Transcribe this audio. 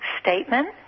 statement